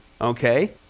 okay